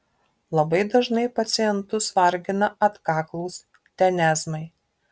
labai dažnai pacientus vargina atkaklūs tenezmai